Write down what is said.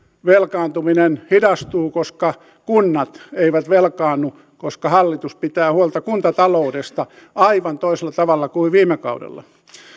velkaantuminen hidastuu koska kunnat eivät velkaannu koska hallitus pitää huolta kuntataloudesta aivan toisella tavalla kuin viime kaudella